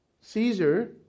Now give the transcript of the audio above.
Caesar